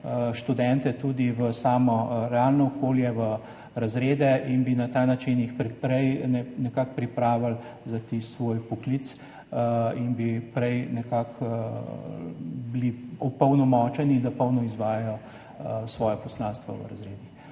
študente tudi v samo realno okolje, v razrede in bi jih na ta način prej nekako pripravili za poklic in bi bili prej opolnomočeni, da polno izvajajo svoje poslanstvo v razredih.